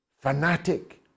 fanatic